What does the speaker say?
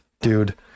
dude